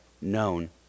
known